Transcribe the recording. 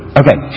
okay